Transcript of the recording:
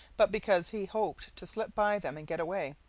but because he hoped to slip by them and get away.